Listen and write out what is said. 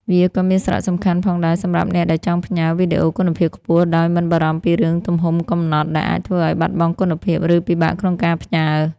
វាក៏មានសារៈសំខាន់ផងដែរសម្រាប់អ្នកដែលចង់ផ្ញើ វីដេអូគុណភាពខ្ពស់ ដោយ មិនបារម្ភពីរឿងទំហំកំណត់ ដែលអាចធ្វើឱ្យបាត់បង់គុណភាព ឬពិបាកក្នុងការផ្ញើ។